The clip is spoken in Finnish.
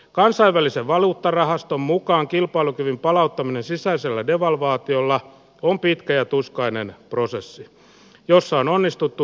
kansainvälisen valuuttarahaston mukaan kilpailukyvyn palauttaminen sisäisellä devalvaatiolla on pitkä ja tuskainen prosessi jossa on onnistuttu